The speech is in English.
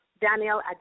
Danielle